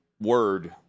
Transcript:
word